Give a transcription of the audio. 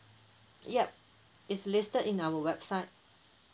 yup it's listed in our website